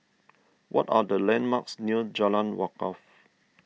what are the landmarks near Jalan Wakaff